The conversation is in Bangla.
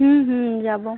হুম হুম যাবো